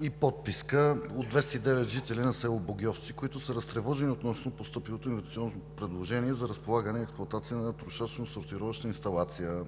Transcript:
и подписка от 209 жители на село Богьовци, които са разтревожени относно постъпилото инвестиционно предложение за разполагане и експлоатация на трошачно-сортировъчна инсталация